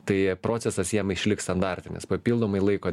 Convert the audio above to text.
tai procesas jam išliks standartinis papildomai laiko